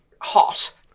hot